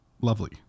lovely